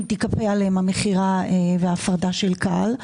אם תיכפה עליהם המכירה וההפרדה של כאל,